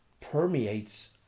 permeates